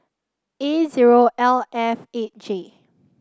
A L F eight J